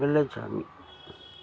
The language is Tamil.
வெள்ளச்சாமி